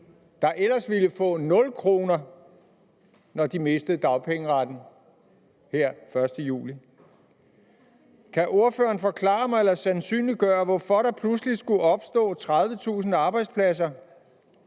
der ellers ville få 0 kr., når de mistede dagpengeretten her den 1. juli? Kan ordføreren forklare mig eller sandsynliggøre, hvorfor der pludselig skulle opstå 30.000 arbejdspladser